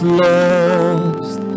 lost